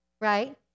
right